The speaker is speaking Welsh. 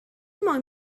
moyn